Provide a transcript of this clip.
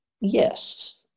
Yes